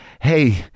Hey